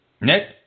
Nick